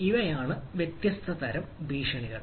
ഇവയാണ് വ്യത്യസ്ത തരം ഭീഷണികൾ